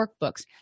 workbooks